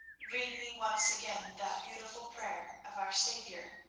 read me once again that beautiful prayer of our saviour.